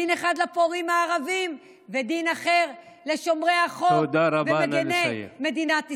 דין אחד לפורעים הערבים ודין אחר לשומרי החוק ומגיני מדינת ישראל.